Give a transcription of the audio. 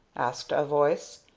asked a voice.